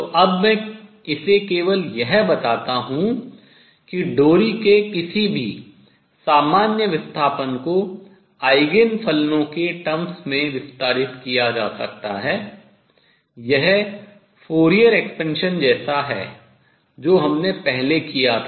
तो अब मैं इसे केवल यह बताता हूँ कि डोरी के किसी भी सामान्य विस्थापन को आयगेन फलनों के terms पदों में विस्तारित किया जा सकता है यह फूरियर विस्तार जैसा है जो हमने पहले किया था